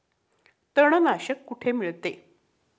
तणनाशक कुठे मिळते?